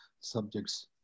subjects